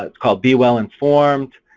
ah called be well informed,